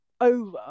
over